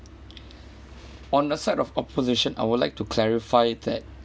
on the side of opposition I would like to clarify that